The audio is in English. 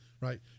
Right